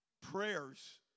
Prayers